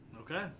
Okay